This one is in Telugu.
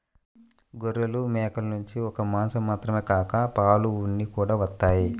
గొర్రెలు, మేకల నుంచి ఒక్క మాసం మాత్రమే కాక పాలు, ఉన్ని కూడా వత్తయ్